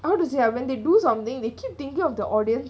how to say ah when they do something they keep thinking of the audience